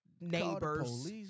Neighbors